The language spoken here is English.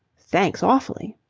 thanks awfully.